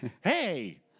Hey